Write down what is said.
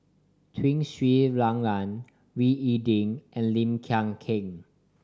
Tun Sri Lanang Wee Ding and Lim Hng Kiang